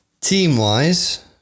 Team-wise